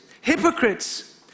Hypocrites